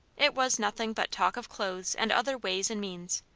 it was nothing but talk of clothes and other ways and means.